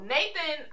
Nathan